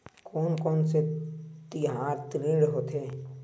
कोन कौन से तिहार ऋण होथे?